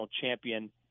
champion